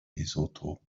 lesotho